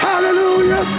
Hallelujah